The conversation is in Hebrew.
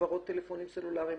חברות טלפונים סלולריים,